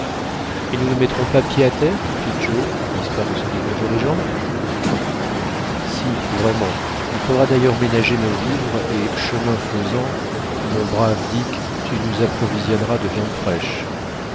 et nous ne mettrons pied à terre fit joe histoire de se dégourdir les jambes si vraiment il faudra d'ailleurs ménager nos vivres et chemin faisant mon brave dick tu nous approvisionneras de viande fraîche